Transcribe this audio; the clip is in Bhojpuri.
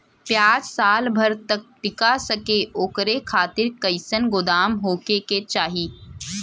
प्याज साल भर तक टीका सके ओकरे खातीर कइसन गोदाम होके के चाही?